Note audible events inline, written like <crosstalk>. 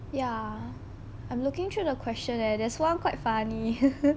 ya I'm looking through the question leh there's one quite funny <laughs>